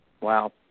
Wow